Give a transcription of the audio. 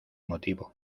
motivo